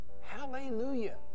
Hallelujah